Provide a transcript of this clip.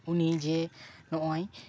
ᱩᱱᱤ ᱡᱮ ᱱᱚᱜᱼᱚᱭ